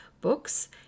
books